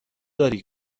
داری